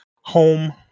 home